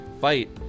fight